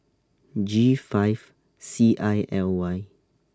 G five C I L Y